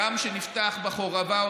ים שנפתח לחרבה,